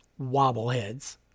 wobbleheads